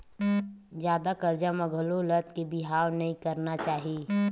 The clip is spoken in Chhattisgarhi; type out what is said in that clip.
जादा करजा म घलो लद के बिहाव नइ करना चाही